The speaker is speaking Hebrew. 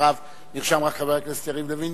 ואחריו נרשם רק חבר הכנסת יריב לוין,